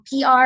PR